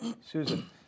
Susan